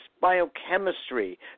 biochemistry